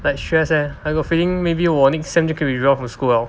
like stressed leh I got feeling maybe 我 next sem 就可以 withdraw from school liao